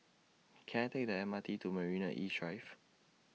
Can I Take The M R T to Marina East Drive